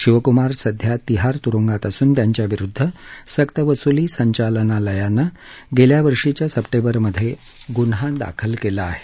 शिवकुमार सध्या तिहार तुरुंगात असून त्यांच्याविरुद्ध सक्तवसुली संचालनालयानं गेल्या वर्षीच्या स्पटेंबरमधे गुन्हा दाखल केला आहे